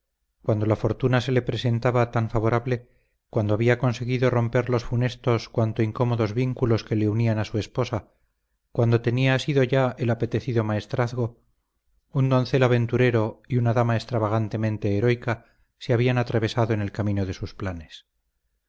cuando la fortuna se le presentaba tan favorable cuando había conseguido romper los funestos cuanto incómodos vínculos que le unían a su esposa cuando tenía asido ya el apetecido maestrazgo un doncel aventurero y una dama extravagantemente heroica se habían atravesado en el camino de sus planes